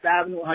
Avenue